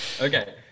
Okay